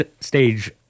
stage